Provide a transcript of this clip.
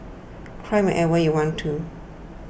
cry whenever you want to